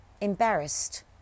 embarrassed